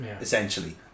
Essentially